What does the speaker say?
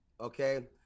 okay